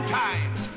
times